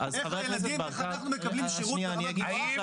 איך אנחנו מקבלים שירות ברמה גבוהה בבתי חולים שלא נחנקים.